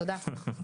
הישיבה נעולה.